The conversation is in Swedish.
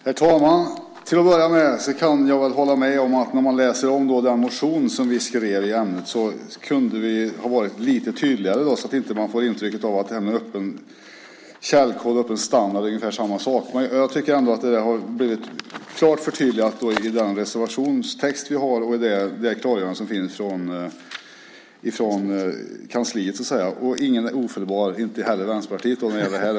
Herr talman! Till att börja med kan jag hålla med om att vi kunde ha varit lite tydligare i den motion som vi skrev i ämnet så att man inte får intrycket av att det här med öppen källkod och öppen standard är ungefär samma sak. Men jag tycker att det har blivit klart förtydligat i den reservationstext vi har och i det klargörande som finns från kansliet. Ingen är ofelbar, inte heller Vänsterpartiet när det gäller detta.